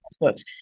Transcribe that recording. books